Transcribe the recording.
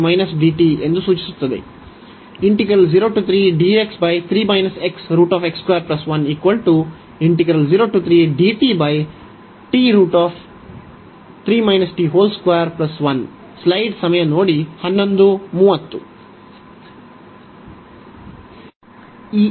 ನೀವು ಇದನ್ನು 3 x t ಅನ್ನು ಬದಲಿಸಿದರೆ ಅದು dx dt ಎಂದು ಸೂಚಿಸುತ್ತದೆ